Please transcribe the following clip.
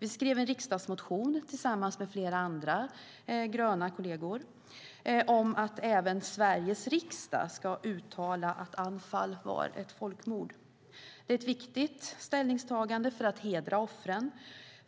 Vi skrev en riksdagsmotion tillsammans med flera andra gröna kolleger om att även Sveriges riksdag ska uttala att Anfal var ett folkmord. Det är ett viktigt ställningstagande för att hedra offren